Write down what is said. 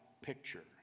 picture